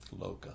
Loka